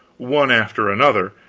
one after another,